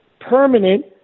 permanent